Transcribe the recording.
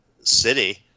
city